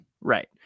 right